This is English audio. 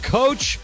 coach